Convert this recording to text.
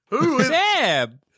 Sam